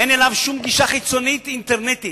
אין אליו שום גישה חיצונית, אינטרנטית.